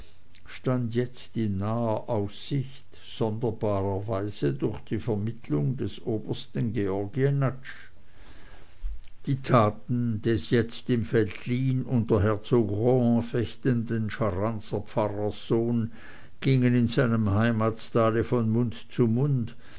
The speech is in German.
stand jetzt in naher aussicht sonderbarerweise durch die vermittelung des obersten georg jenatsch die taten des jetzt im veltlin unter herzog rohan fechtenden scharanser pfarrsohns gingen in seinem heimatstale von mund zu munde